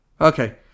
Okay